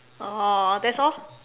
oh that's all